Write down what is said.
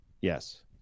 yes